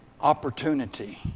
opportunity